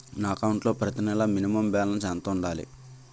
నా అకౌంట్ లో ప్రతి నెల మినిమం బాలన్స్ ఎంత ఉండాలి?